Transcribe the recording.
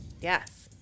Yes